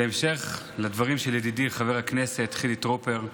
בהמשך לדברים של ידידי חבר הכנסת חילי טרופר,